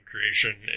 creation